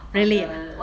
really ah